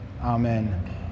Amen